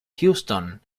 houston